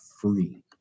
free